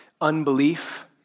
unbelief